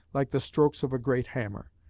like the strokes of a great hammer.